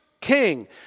king